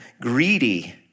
greedy